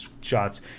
shots